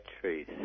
trees